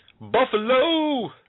Buffalo